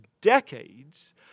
decades